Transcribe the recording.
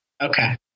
Okay